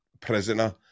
prisoner